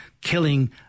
killing